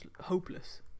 hopeless